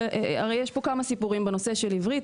הרי יש פה כמה סיפורים בנושא של עברית,